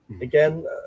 again